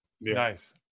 Nice